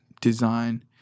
design